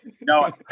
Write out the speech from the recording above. no